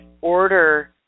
order